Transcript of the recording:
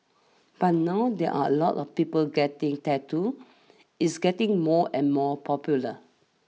but now there are a lot of people getting tattoos it's getting more and more popular